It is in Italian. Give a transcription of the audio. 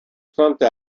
fronte